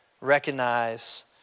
Recognize